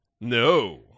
No